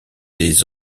des